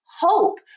hope